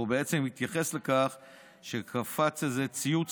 הוא בעצם התייחס לכך שקפץ איזה ציוץ